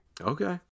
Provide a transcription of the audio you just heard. Okay